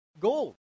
gold